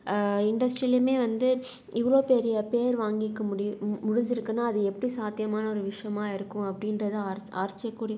இண்டஸ்ட்ரிலேயுமே வந்து இவ்வளோ பெரிய பேர் வாங்கிக்க முடிய மு முடிஞ்சுருக்குனா அது எப்படி சாத்தியமான ஒரு விஷயமா இருக்கும் அப்படின்றத ஆர் ஆர்ச்சியகுறி